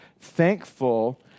thankful